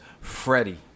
freddie